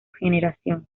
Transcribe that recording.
generación